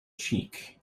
cheek